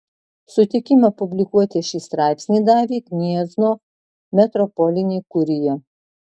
sutikimą publikuoti šį straipsnį davė gniezno metropolinė kurija